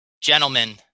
gentlemen